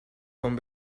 con